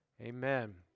Amen